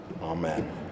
Amen